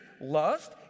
lust